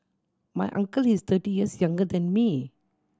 my uncle is thirty years younger than me